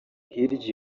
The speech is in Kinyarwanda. hirya